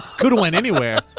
coulda went anywhere.